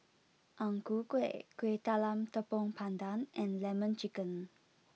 Ang Ku Kueh Kueh Talam Tepong Pandan and Lemon Chicken